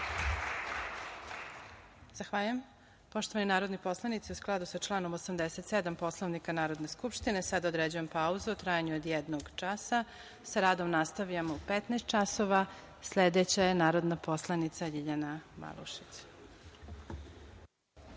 Zahvaljujem. Poštovani narodni poslanici, u skladu sa članom 87. Poslovnika Narodne skupštine, sada određujem pauzu u trajanju od jednog časa. Sa radom nastavljamo u 15,00 časova. Sledeća je narodna poslanica Ljiljana Malušić.(Posle